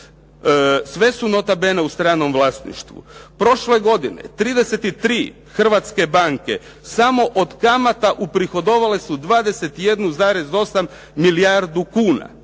Sve su nota bene u stranom vlasništvu. Prošle godine 33 hrvatske banke samo od kamata uprihodovale su 21,8 milijardu kuna